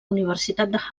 universitat